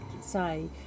say